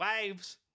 waves